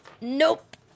Nope